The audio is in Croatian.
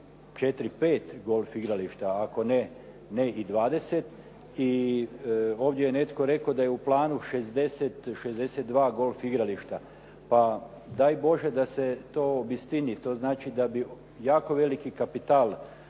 4,5 golf igrališta ako ne i 20 i ovdje je netko rekao da je u planu 62 golf igrališta. Pa daj Bože da se to obistini. To znači da bi jako veliki kapital